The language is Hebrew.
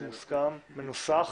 מוסכם ומנוסח.